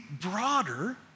broader